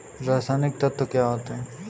रसायनिक तत्व क्या होते हैं?